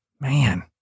Man